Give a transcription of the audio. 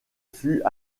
fut